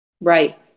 Right